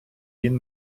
він